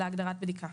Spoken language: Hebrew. בדיקה.